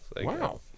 Wow